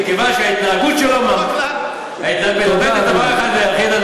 מכיוון שההתנהגות שלו מלמדת על דבר אחד ויחיד,